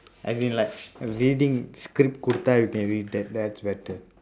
as in like reading script கொடுத்தா:koduththaa you can read that that's better